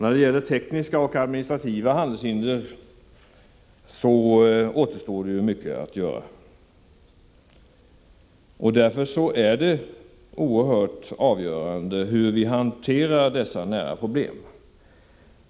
När det gäller tekniska och administrativa handelshinder återstår mycket att göra. Därför är det oerhört avgörande hur vi hanterar dessa nära problem.